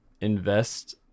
invest